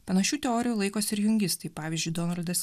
panašių teorijų laikosi ir jungistai pavyzdžiui donaldas